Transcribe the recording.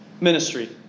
ministry